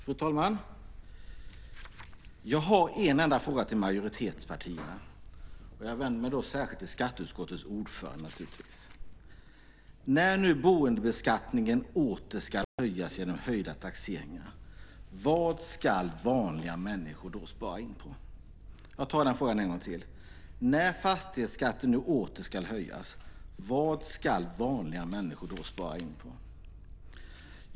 Fru talman! Jag har en enda fråga till majoritetspartierna, och jag vänder mig naturligtvis särskilt till skatteutskottets ordförande. När nu boendebeskattningen åter ska höjas genom höjda taxeringar, vad ska vanliga människor spara in på? Jag tar frågan en gång till: När fastighetsskatten nu åter ska höjas, vad ska vanliga människor spara in på?